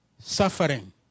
suffering